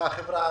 בחברה הערבית.